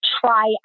try